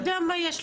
אני יודע מה יש לי.